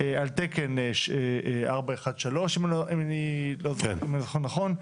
על תקן 413 אם אני זוכר נכון,